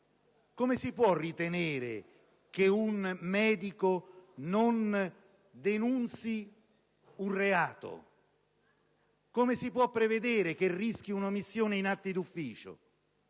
Come si può ritenere che un medico non denunzi un reato? Come si può prevedere che rischi di incorrere in una omissione in atti d'ufficio?